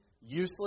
useless